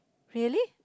really